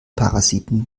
parasiten